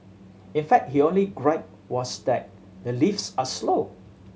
in fact he only gripe was that the lifts are slow